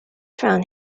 found